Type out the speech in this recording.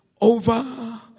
over